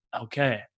okay